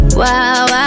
wow